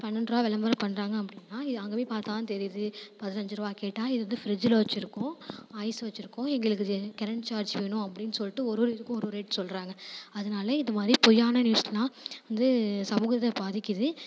பன்னெண்டு ருபா விளம்பரம் பண்ணுறாங்க அப்படின்னா இது அங்கே போய் பார்த்தா தான் தெரியிது பதினஞ்சு ருபா கேட்டால் இது வந்து ஃப்ரிட்ஜில் வச்சிருக்கோம் ஐஸ் வச்சுருக்கோம் எங்களுக்கு இது கரண்ட் சார்ஜ் வேணும் அப்படின் சொல்லிட்டு ஒரு ஒரு இதுக்கும் ஒரு ஒரு ரேட் சொல்லுறாங்க அதனால இது மாதிரி பொய்யான நியூஸ்லாம் வந்து சமூகத்தை பாதிக்கிது